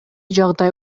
жагдай